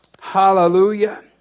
Hallelujah